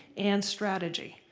and strategy.